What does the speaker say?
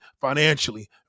financially